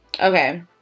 okay